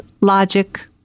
logic